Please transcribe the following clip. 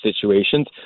situations